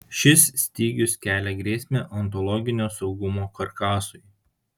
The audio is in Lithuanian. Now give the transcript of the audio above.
šis stygius kelia grėsmę ontologinio saugumo karkasui